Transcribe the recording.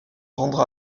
rendre